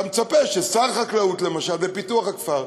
אתה מצפה ששר חקלאות ופיתוח הכפר,